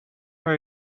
are